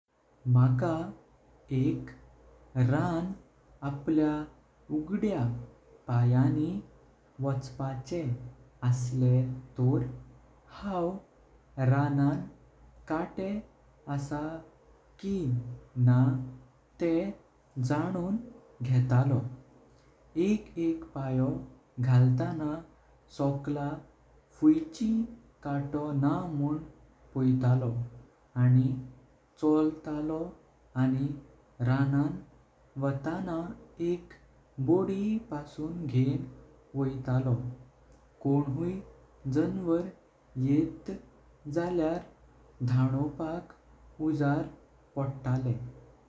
माका एक रांण आपल्या उगड्या पायांनी वचपाचे असले तोर हाव राणां कटे। असा की ना तेह जाणून घेतलो, एक एक पायो घालताना सोकला फुयिची काटो ना मुन पोइतलो। आनी चोलतलो आनी राणां वटाना एक बोडी पासून घेण वालतो कोण हुवे जनवार येत जाळ्यार धनोपक उजाड पोतले।